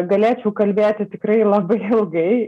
galėčiau kalbėti tikrai labai ilgai